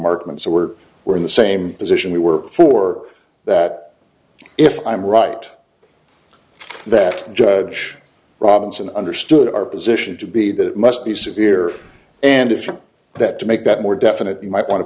market and so we're we're in the same position we were for that if i'm right that judge robinson understood our position to be that it must be severe and if you're that to make that more definite you might want to